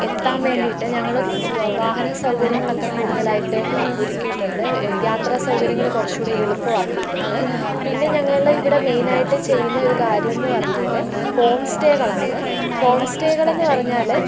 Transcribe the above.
എത്താൻ വേണ്ടിയിട്ട് ഞങ്ങള് വ വാഹന സൗകര്യങ്ങളെക്കെ കൂടുതലായിട്ട് ഒരുക്കിയിട്ടുണ്ട് യാത്രാ സൗകര്യങ്ങള് കുറച്ചുകൂടെ എളുപ്പമാക്കിയിട്ടുണ്ട് പിന്നെ ഞങ്ങളുടെ ഇവിടെ മെയ്നായിട്ട് ചെയ്യുന്ന ഒരു കാര്യമെന്നു പറഞ്ഞാല് ഹോം സ്റ്റേകളാണ് ഹോം സ്റ്റേകളെന്ന് പറഞ്ഞാല്